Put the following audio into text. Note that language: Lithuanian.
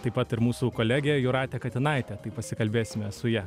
taip pat ir mūsų kolege jūrate katinaite tai pasikalbėsime su ja